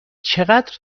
چقدر